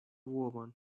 woman